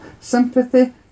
sympathy